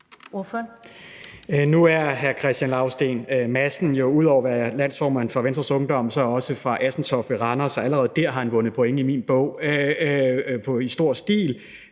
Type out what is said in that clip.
Nu er hr. Kristian Lausten Madsen jo ud over at være landsformand for Venstres Ungdom også fra Assentoft ved Randers, og allerede der har han vundet point i min bog i stor stil.